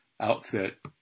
outfit